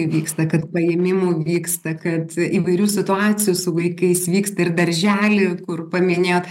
įvyksta kad paėmimų vyksta kad įvairių situacijų su vaikais vyksta ir daržely kur paminėjot